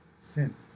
Sin